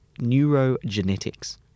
neurogenetics